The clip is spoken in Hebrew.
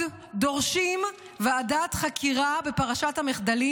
דורשים ועדת חקירה בפרשת המחדלים.